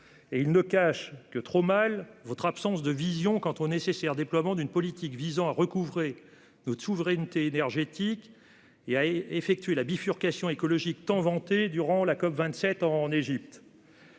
et ils ne cachent que trop mal votre absence de vision quant au nécessaire déploiement d'une politique visant à recouvrer notre souveraineté énergétique et à effectuer la bifurcation écologique tant vantée durant la COP27 en Égypte.